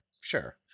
Sure